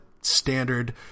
standard